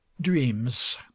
DREAMS